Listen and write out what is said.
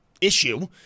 issue